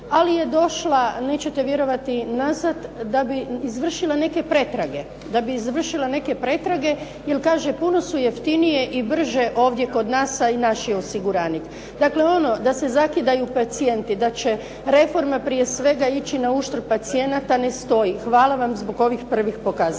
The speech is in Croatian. ali je došla, nećete vjerovati, nazad da bi izvršila neke pretrage, da bi završila neke pretrage jer kaže, puno su jeftinije i brže ovdje kod nas, a i naš je osiguranik. Dakle, ono da se zakidaju pacijenti, da će reforma prije svega ići na uštrb pacijenata ne stoji. Hvala vam zbog ovih prvih pokazatelja.